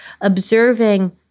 observing